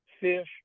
fish